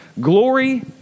glory